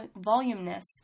voluminous